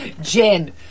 Jen